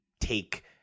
take